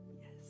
yes